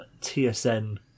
TSN